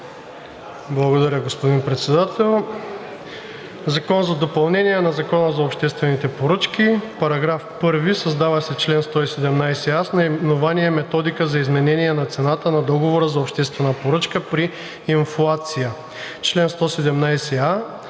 Благодаря, господин Председател. „ЗАКОН за допълнение на Закона за обществените поръчки § 1. Създава се чл. 117а с наименование „Методика за изменение на цената на договор за обществена поръчка при инфлация“. Чл. 117а.